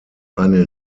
eine